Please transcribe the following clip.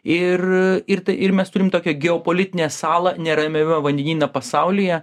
ir ir tai ir mes turim tokią geopolitinę salą neramiame vandenyne pasaulyje